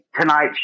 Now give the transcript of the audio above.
Tonight